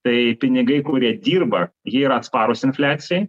tai pinigai kurie dirba jie yra atsparūs infliacijai